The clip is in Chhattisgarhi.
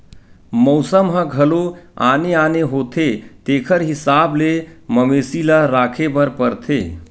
मउसम ह घलो आने आने होथे तेखर हिसाब ले मवेशी ल राखे बर परथे